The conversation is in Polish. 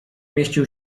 mieścił